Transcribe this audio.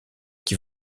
qui